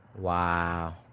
Wow